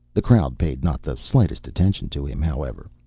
the crowd paid not the slightest attention to him, however.